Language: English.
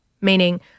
meaning